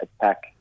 attack